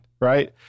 Right